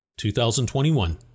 2021